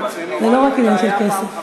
זה לא רק עניין של כסף.